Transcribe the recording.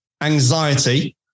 anxiety